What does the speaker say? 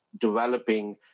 developing